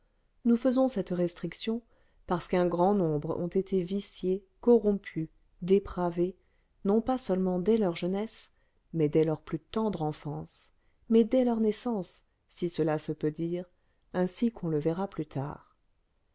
nous faisons cette restriction parce qu'un grand nombre ont été viciées corrompues dépravées non pas seulement dès leur jeunesse mais dès leur plus tendre enfance mais dès leur naissance si cela se peut dire ainsi qu'on le verra plus tard